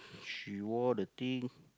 she wore the thing